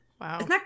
Wow